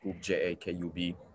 J-A-K-U-B